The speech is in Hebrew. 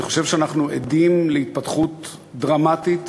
אני חושב שאנחנו עדים להתפתחות דרמטית